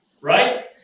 Right